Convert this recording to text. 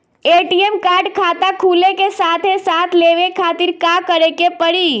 ATM card खाता खुले के साथे साथ लेवे खातिर का करे के पड़ी?